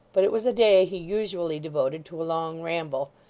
but it was a day he usually devoted to a long ramble,